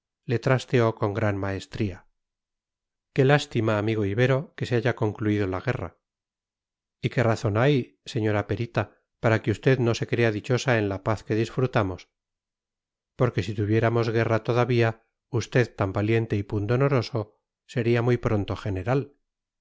le trasteó con gran maestría qué lástima amigo ibero que se haya concluido la guerra y qué razón hay señora perita para que usted no se crea dichosa en la paz que disfrutamos porque si tuviéramos guerra todavía usted tan valiente y pundonoroso sería muy pronto general